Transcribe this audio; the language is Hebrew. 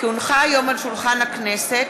כי הונחה היום על שולחן הכנסת,